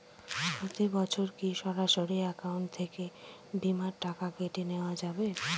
প্রতি বছর কি সরাসরি অ্যাকাউন্ট থেকে বীমার টাকা কেটে নেওয়া হবে?